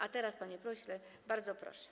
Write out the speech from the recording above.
A teraz, panie pośle, bardzo proszę.